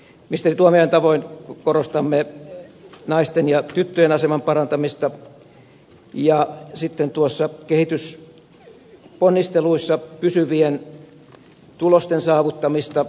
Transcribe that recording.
ministeri tuomiojan tavoin korostamme naisten ja tyttöjen aseman parantamista ja sitten noissa kehitysponnisteluissa pysyvien tulosten saavuttamista